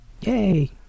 Yay